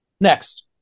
Next